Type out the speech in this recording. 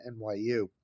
NYU